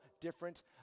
different